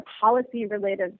policy-related